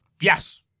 Yes